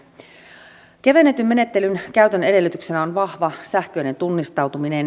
kevennetyn menettelyn käytön edellytyksenä on vahva sähköinen tunnistautuminen